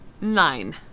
Nine